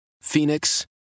Phoenix